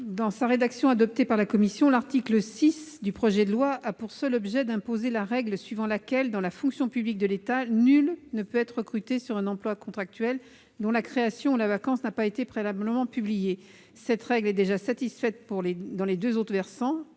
Dans sa rédaction adoptée par la commission, l'article 6 du projet de loi a pour seul objet d'imposer la règle suivant laquelle, dans la fonction publique d'État, nul ne peut être recruté sur un emploi contractuel dont la création ou la vacance n'a pas été préalablement publiée. Cette règle est déjà satisfaite, dans les deux autres versants,